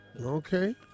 Okay